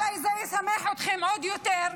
אולי זה ישמח אתכם עוד יותר,